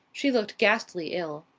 she looked ghastly ill.